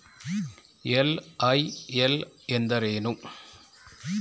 LIL ಎಂದರೇನು?